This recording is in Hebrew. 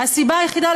לסיבה היחידה,